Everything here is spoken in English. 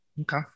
Okay